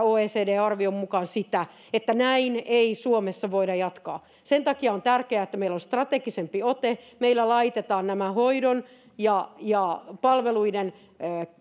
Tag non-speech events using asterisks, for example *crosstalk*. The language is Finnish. *unintelligible* oecdn arvion mukaan käytännössä sitä että näin ei suomessa voida jatkaa sen takia on tärkeää että meillä on strategisempi ote ja meillä laitetaan nämä hoidon ja ja palveluiden